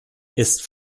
ist